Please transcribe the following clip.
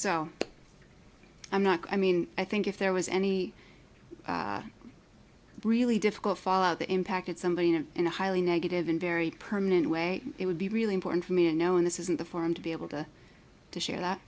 so i'm not mean i think if there was any really difficult fall out the impact that somebody in a highly negative in very permanent way it would be really important for me and now in this isn't the forum to be able to share that